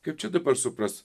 kaip čia dabar suprast